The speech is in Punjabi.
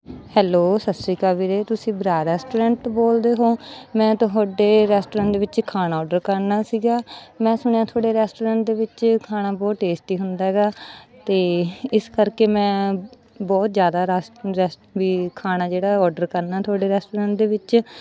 ਹੈਲੋ ਸਤਿ ਸ਼੍ਰੀ ਅਕਾਲ ਵੀਰੇ ਤੁਸੀਂ ਬਰਾ ਰੈਸਟੋਰੈਂਟ ਬੋਲਦੇ ਹੋ ਮੈਂ ਤੁਹਾਡੇ ਰੈਸਟੋਰੈਂਟ ਦੇ ਵਿੱਚ ਖਾਣਾ ਔਡਰ ਕਰਨਾ ਸੀਗਾ ਮੈਂ ਸੁਣਿਆ ਤੁਹਾਡੇ ਰੈਸਟੋਰੈਂਟ ਦੇ ਵਿੱਚ ਖਾਣਾ ਬਹੁਤ ਟੇਸਟੀ ਹੁੰਦਾ ਹੈਗਾ ਅਤੇ ਇਸ ਕਰਕੇ ਮੈਂ ਬਹੁਤ ਜ਼ਿਆਦਾ ਰਾਸ ਰੈਸਟ ਵੀ ਖਾਣਾ ਜਿਹੜਾ ਆਰਡਰ ਕਰਨਾ ਤੁਹਾਡੇ ਰੈਸਟੋਰੈਂਟ ਦੇ ਵਿੱਚ